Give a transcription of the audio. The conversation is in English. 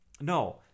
no